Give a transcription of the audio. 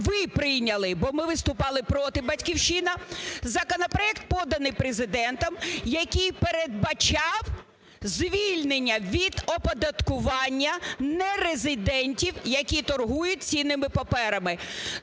ви прийняли, бо ми виступали проти, "Батьківщина", законопроект, поданий Президентом, який передбачав звільнення від оподаткування нерезидентів, які торгують цінними паперами.